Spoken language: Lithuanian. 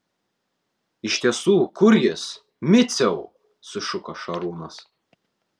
iš tiesų kur jis miciau sušuko šarūnas